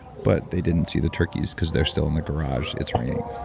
but they didn't see the turkeys because they're still in the garage, it's raining.